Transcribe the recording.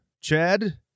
Chad